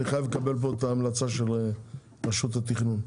אני חייב לקבל פה את ההמלצה של רשות התכנון.